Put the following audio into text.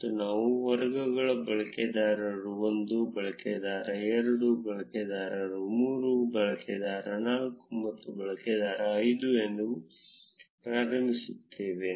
ಮತ್ತು ನಾವು ವರ್ಗಗಳನ್ನು ಬಳಕೆದಾರ 1 ಬಳಕೆದಾರ 2 ಬಳಕೆದಾರ 3 ಬಳಕೆದಾರ 4 ಮತ್ತು ಬಳಕೆದಾರ 5 ಎಂದು ಪ್ರಾರಂಭಿಸುತ್ತೇವೆ